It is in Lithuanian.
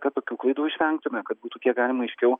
kad tokių klaidų išvengtume kad būtų kiek galima aiškiau